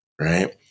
right